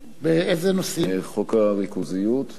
תודה